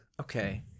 okay